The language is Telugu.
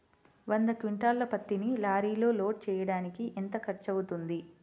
వంద క్వింటాళ్ల పత్తిని లారీలో లోడ్ చేయడానికి ఎంత ఖర్చవుతుంది?